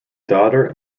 daughter